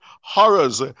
Horrors